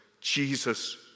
Jesus